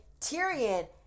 Tyrion